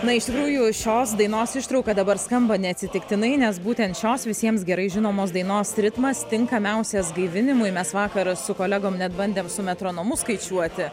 na iš tikrųjų šios dainos ištrauka dabar skamba neatsitiktinai nes būtent šios visiems gerai žinomos dainos ritmas tinkamiausias gaivinimui mes vakar su kolegom net bandėm su metronomu skaičiuoti